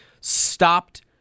stopped –